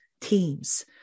teams